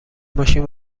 ماشین